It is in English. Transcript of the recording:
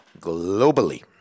globally